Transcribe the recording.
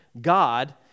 God